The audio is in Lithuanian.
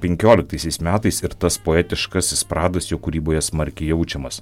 penkioliktaisiais metais ir tas poetiškasis pradas jo kūryboje smarkiai jaučiamas